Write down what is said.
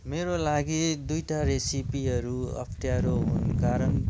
मेरो लागि दुइटा रेसिपीहरू अप्ठ्यारो हुन् कारण